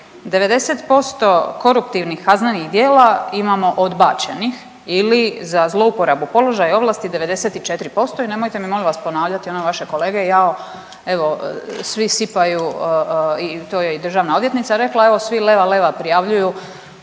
90% koruptivnih kaznenih djela imamo odbačenih ili za zlouporabu položaja i ovlasti 94% i nemojte mi molim vas ponavljati, one vaše kolege jao evo svi sipaju i to je i državna odvjetnica rekla, evo svi leva, leva prijavljuju,